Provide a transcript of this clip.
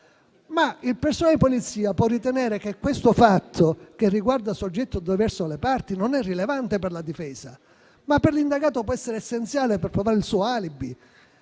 Il personale di polizia può ritenere però che questo fatto che riguarda un soggetto diverso dalle parti non sia rilevante per la difesa, ma per l'indagato può essere essenziale per provare il proprio alibi.